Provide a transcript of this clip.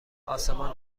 آسمان